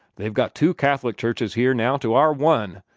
they've got two catholic churches here now to our one,